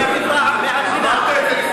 לא מוכנים לשמוע ראש ממשלה שהסית נגד מגזר במדינה.